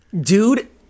Dude